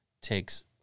takes